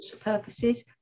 purposes